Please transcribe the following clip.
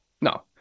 No